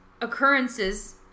occurrences